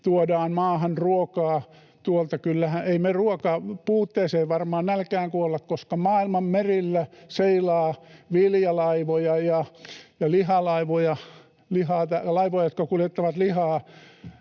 tuodaan maahan ruokaa tuolta... ei me ruokapuutteeseen, nälkään varmaan kuolla, koska maailman merillä seilaa viljalaivoja ja laivoja, jotka kuljettavat lihaa